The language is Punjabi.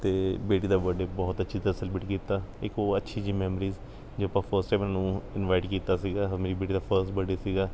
ਅਤੇ ਬੇਟੀ ਦਾ ਬਰਡੇ ਬਹੁਤ ਅੱਛੀ ਤਰ੍ਹਾਂ ਸੈਲੀਬ੍ਰੇਟ ਕੀਤਾ ਇੱਕ ਉਹ ਅੱਛੀ ਜਿਹੀ ਮੈਮਰੀ ਜੇ ਆਪਾਂ ਫਸਟ ਟਾਈਮ ਨੂੰ ਇਨਵਾਈਟ ਕੀਤਾ ਸੀਗਾ ਮੇਰੀ ਬੇਟੀ ਦਾ ਫਸਟ ਬਰਡੇ ਸੀਗਾ